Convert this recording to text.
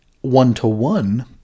one-to-one